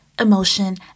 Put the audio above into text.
Emotion